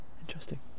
interesting